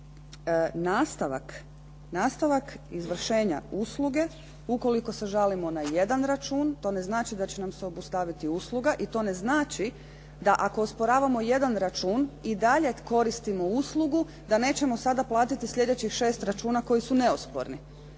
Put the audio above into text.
postoji nastavak izvršenja usluge ukoliko se žalimo na jedan račun. To ne znači da će nam se obustaviti usluga i to ne znači da ako osporavamo jedan račun i dalje koristimo uslugu da nećemo sada platiti sljedećih 6 računa koji su neosporni.